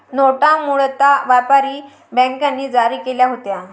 नोटा मूळतः व्यापारी बँकांनी जारी केल्या होत्या